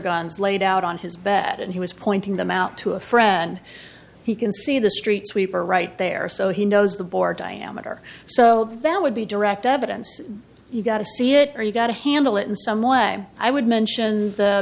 guns laid out on his bat and he was pointing them out to a friend he can see the street sweeper right there so he knows the board diameter so that would be direct evidence you got to see it or you got a handle it in some way i would mention